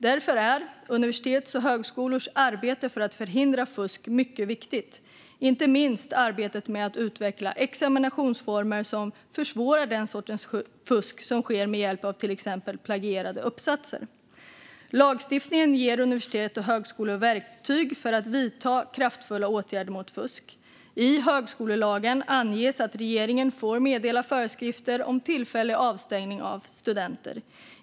Därför är universitets och högskolors arbete för att förhindra fusk mycket viktigt, inte minst arbetet med att utveckla examinationsformer som försvårar den sortens fusk som sker med hjälp av till exempel plagierade uppsatser. Lagstiftningen ger universitet och högskolor verktyg för att vidta kraftfulla åtgärder mot fusk. I högskolelagen anges att regeringen får meddela föreskrifter om tillfällig avstängning av studenter.